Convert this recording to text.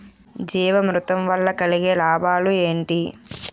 జీవామృతం వల్ల కలిగే లాభాలు ఏంటి?